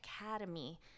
academy